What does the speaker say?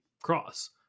cross